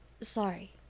sorry